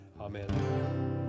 Amen